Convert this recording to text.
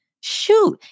Shoot